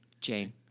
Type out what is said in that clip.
Jane